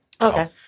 Okay